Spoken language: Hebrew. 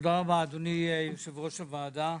תודה רבה, אדוני יושב ראש הוועדה.